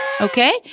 okay